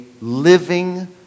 living